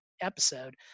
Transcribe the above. episode